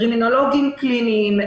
קרימינולוגים קליניים,